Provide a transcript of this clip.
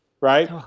Right